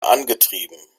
angetrieben